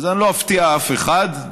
אז אני לא אפתיע אף אחד,